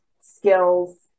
skills